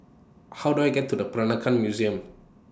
How Do I get to The Peranakan Museum